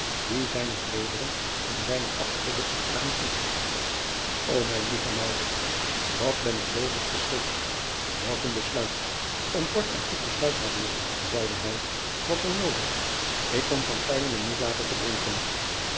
die zijne kleederen een weinig afschudde naar hem toe o mijn lieve wat ben ik doodelijk geschrikt elk een besluit en kort en goed besluit zeide hij was er noodig ik kon niet laten verdrinken